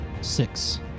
Six